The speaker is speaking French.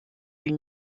une